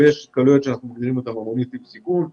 יש התקהלויות שאנחנו מגדירים אותן המוניות עם סיכון כי